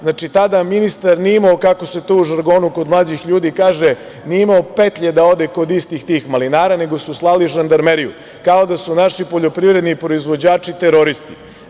Znači, tada ministar nije imao, kako se to u žargonu kod mlađih ljudi kaže, nije imao petlje da ode kod istih tih malinara, nego su slali žandarmeriju, kao da su naši poljoprivredni proizvođači teroristi.